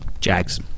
Jags